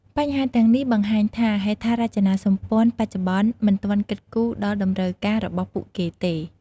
បញ្ហាទាំងនេះ បង្ហាញថាហេដ្ឋារចនាសម្ព័ន្ធបច្ចុប្បន្ន មិនទាន់គិតគូរដល់តម្រូវការរបស់ពួកគេទេ។